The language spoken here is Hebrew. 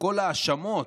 כל האשמות,